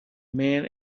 man